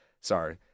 Sorry